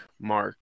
mark